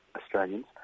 Australians